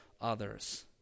others